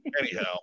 Anyhow